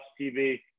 tv